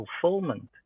fulfillment